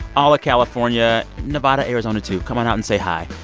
all of california nevada, arizona, too come on out and say hi.